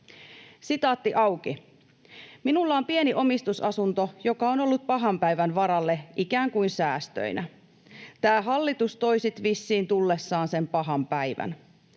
vaihtoehtoa enää.” ”Minulla on pieni omistusasunto, joka on ollut pahan päivän varalle ikään kuin säästöinä. Tää hallitus toi sit vissiin tullessaan sen pahan päivän.